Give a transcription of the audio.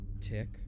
Tick